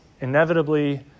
inevitably